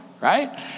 Right